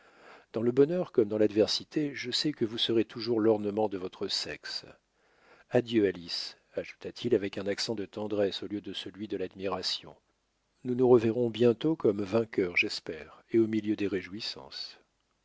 dans le bonheur comme dans l'adversité je sais que vous serez toujours l'ornement de votre sexe adieu alice ajouta-t-il avec un accent de tendresse au lieu de celui de l'admiration nous nous reverrons bientôt comme vainqueurs j'espère et au milieu des réjouissances